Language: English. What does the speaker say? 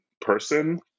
person